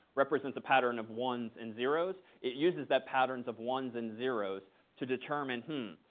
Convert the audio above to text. represents a pattern of ones and zeros. it uses that patterns of ones and zeros to determine,